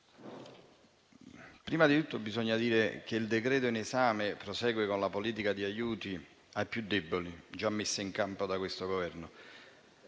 prima di tutto bisogna dire che il decreto-legge in esame prosegue con la politica di aiuti ai più deboli già messa in campo da questo Governo.